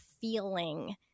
feeling